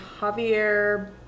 Javier